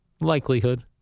Likelihood